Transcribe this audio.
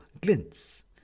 glints